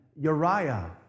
Uriah